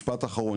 משפט אחרון,